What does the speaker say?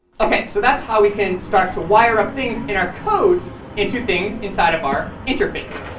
okay, so that's how we can start to wire up things in our code into things inside of our interface.